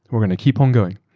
we're going to keep on going.